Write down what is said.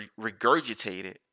regurgitated